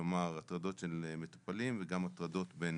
כלומר הטרדות של מטופלים וגם הטרדות בין